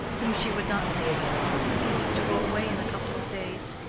whom she would not see again, since he was to go away in a couple of days.